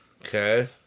Okay